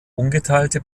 ungeteilte